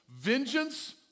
Vengeance